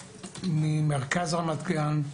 ממרכז רמת גן,